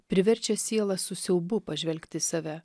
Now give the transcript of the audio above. priverčia sielą su siaubu pažvelgti į save